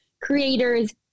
creators